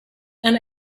and